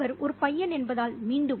அவர் ஒரு பையன் என்பதால் மீண்டும்